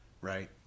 right